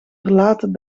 verlaten